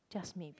just made